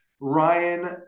Ryan